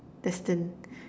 destined